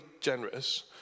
generous